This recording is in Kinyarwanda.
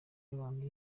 y’abantu